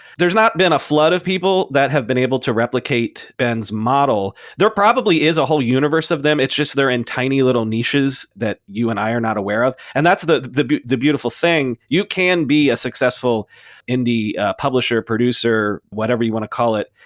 there's not been a flood of people that have been able to replicate ben's model. there probably is a whole universe of them, it's just they're in tiny little niches that you and i are not aware of. and that's the the beautiful thing. you can be a successful indie publisher, producer whatever you want to call it,